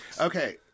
Okay